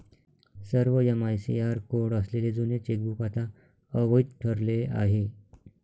सर्व MICR code असलेले जुने चेकबुक आता अवैध ठरले आहे